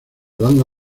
dando